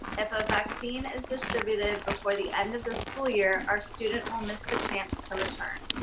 if a vaccine is distributed before the end of the school year, our student will miss the chance to return.